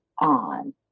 on